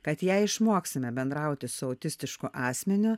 kad jei išmoksime bendrauti su autistišku asmeniu